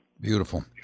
Beautiful